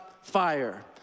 fire